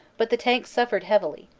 but the tanks suffered heavily,